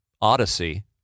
odyssey